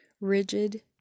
rigid